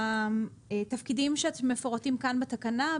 התפקידים שמפורטים כאן בתקנה,